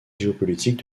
géopolitique